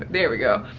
there we go.